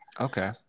okay